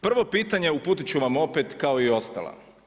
Prvo pitanje uputit ću vam opet kao i ostala.